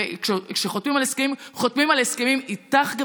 וכשחותמים על הסכמים חותמים על הסכמים איתך,